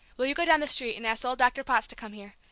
will you go down the street, and ask old doctor potts to come here?